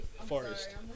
forest